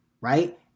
right